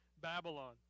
Babylon